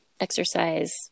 exercise